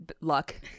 luck